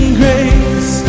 grace